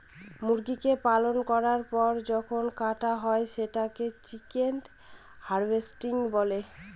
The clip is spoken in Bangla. মুরগিকে পালন করার পর যখন কাটা হয় সেটাকে চিকেন হার্ভেস্টিং বলে